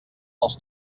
als